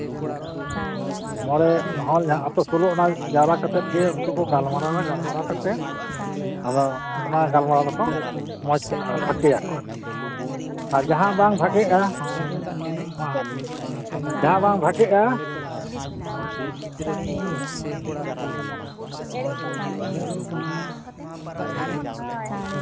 ᱢᱚᱬᱮ ᱦᱚᱲ ᱟᱹᱛᱩ ᱥᱳᱞᱳ ᱟᱱᱟ ᱡᱟᱣᱨᱟ ᱠᱟᱛᱮᱫ ᱜᱮ ᱩᱱᱠᱩ ᱠᱚ ᱜᱟᱞᱢᱟᱨᱟᱣᱟ ᱜᱟᱞᱢᱟᱨᱟᱣ ᱠᱟᱛᱮᱫ ᱟᱫᱚ ᱚᱱᱟ ᱜᱟᱞᱢᱟᱨᱟᱣ ᱫᱚᱠᱚ ᱢᱚᱡᱽ ᱠᱟᱜᱼᱟ ᱯᱷᱟᱨᱪᱟᱭᱟᱠᱚ ᱟᱨᱠᱤ ᱟᱨ ᱡᱟᱦᱟᱸ ᱵᱟᱝ ᱵᱷᱟᱜᱮᱜᱼᱟ ᱡᱟᱦᱟᱸ ᱵᱟᱝ ᱵᱷᱟᱜᱮᱜᱼᱟ